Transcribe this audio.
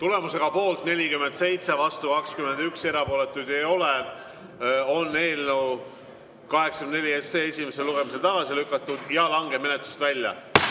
Tulemusega poolt 47, vastuolijaid 21 ja erapooletuid ei ole, on eelnõu 84 esimesel lugemisel tagasi lükatud ja langeb menetlusest välja.